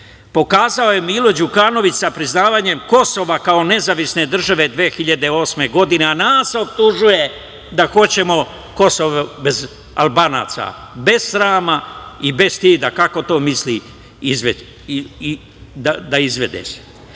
pokazao je Milo Đukanović sa priznavanjem Kosova kao nezavisne države 2008. godine, a nas optužuje da hoćemo Kosovo bez Albanaca, bez srama i bez stida, kako misli to da izvede. Bio